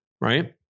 Right